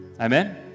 Amen